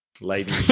lady